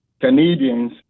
Canadians